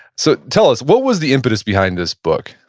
so tell us, what was the impetus behind this book?